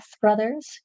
brothers